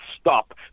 stop